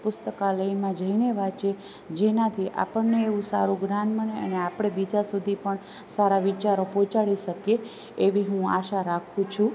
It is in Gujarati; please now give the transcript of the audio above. પુસ્તકાલયમાં જઈને વાંચે જેનાથી આપણને એવું સારું જ્ઞાન મળે અને આપણે બીજા સુધી પણ સારા વિચારો પહોંચાડી શકીએ એવી હું આશા રાખું છું